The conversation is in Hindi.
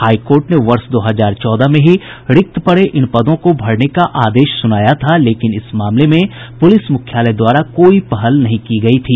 हाईकोर्ट ने वर्ष दो हजार चौदह में ही रिक्त पड़े इन पदों को भरने का आदेश सुनाया था लेकिन इस मामले में पुलिस मुख्यालय द्वारा कोई पहल नहीं की गयी थी